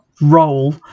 roll